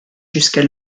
jusqu’à